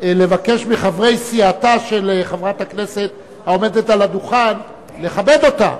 לבקש מחברי סיעתה של חברת הכנסת העומדת על הדוכן לכבד אותה.